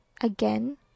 again